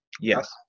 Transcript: Yes